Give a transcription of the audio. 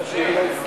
לפני.